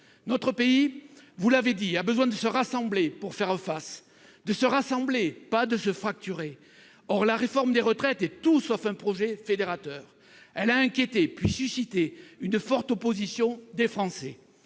Notre pays, vous l'avez dit, a besoin de se rassembler pour faire face : de se rassembler, pas de se fracturer ! Or la réforme des retraites est tout sauf un projet fédérateur. Elle a inquiété, puis suscité une forte opposition des Français.